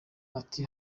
ati